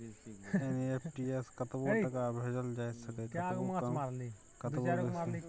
NEFT सँ कतबो टका भेजल जाए सकैए कतबो कम या कतबो बेसी